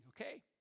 okay